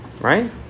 Right